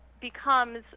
becomes